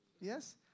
Yes